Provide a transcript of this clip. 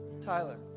Tyler